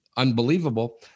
unbelievable